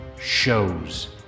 shows